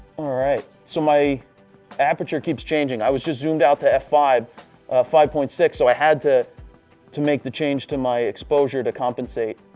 all right. so, my aperture keeps changing. i was just zoomed out to f five five point six, so i had to to make the change to my exposure to compensate.